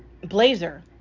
blazer